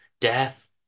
death